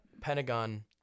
Pentagon